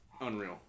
unreal